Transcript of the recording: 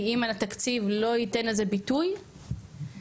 כי אם התקציב לא ייתן לזה ביטוי כלשהו,